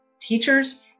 teachers